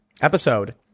episode